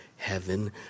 heaven